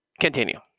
Continue